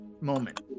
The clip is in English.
moment